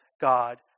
God